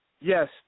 yes